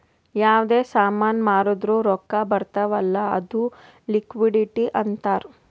ಯಾವ್ದೇ ಸಾಮಾನ್ ಮಾರ್ದುರ್ ರೊಕ್ಕಾ ಬರ್ತಾವ್ ಅಲ್ಲ ಅದು ಲಿಕ್ವಿಡಿಟಿ ಅಂತಾರ್